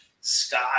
Scott